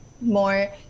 more